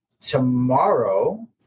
tomorrow